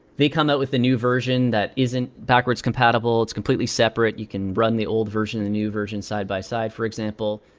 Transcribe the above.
they come out with a new version that isn't backwards compatible. it's completely separate. you can run the old version and new version side by side, for example.